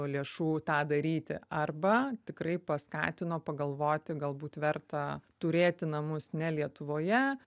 lėšų tą daryti arba tikrai paskatino pagalvoti galbūt verta turėti namus ne lietuvoje